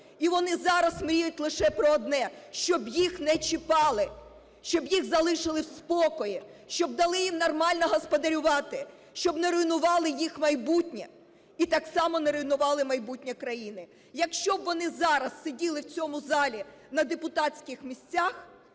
І вони зараз мріють лише про одне – щоб їх не чіпали, щоб їх залишили в спокої, щоб дали їм нормально господарювати, щоб не руйнували їх майбутнє і так само не руйнували майбутнє країни. Якщо б вони зараз сиділи в цьому залі на депутатських місцях,